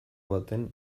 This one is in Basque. baten